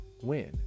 win